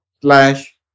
slash